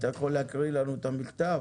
אתה יכול להקריא לנו את המכתב?